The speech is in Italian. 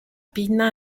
pinna